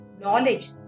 knowledge